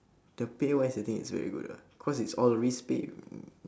the pay wise I think it's very good ah cause it's all risk pay